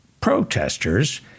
protesters